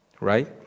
Right